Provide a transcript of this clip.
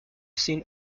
seen